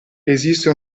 esiste